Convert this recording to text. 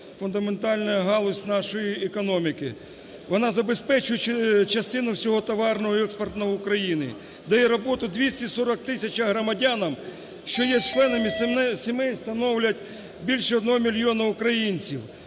фундаментальна галузь нашої економіки. Вона забезпечує частину всього товарного експорту України, дає роботу 240 тисячам громадян, що є членами сімей… становлять більше 1 мільйона українців.